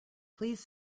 please